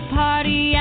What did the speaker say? party